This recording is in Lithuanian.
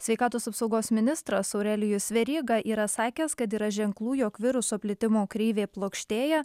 sveikatos apsaugos ministras aurelijus veryga yra sakęs kad yra ženklų jog viruso plitimo kreivė plokštėja